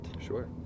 Sure